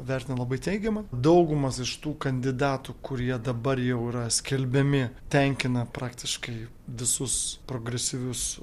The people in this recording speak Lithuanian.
vertino labai teigiamai daugumas iš tų kandidatų kurie dabar jau yra skelbiami tenkina praktiškai visus progresyvius